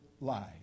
life